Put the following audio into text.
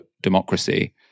democracy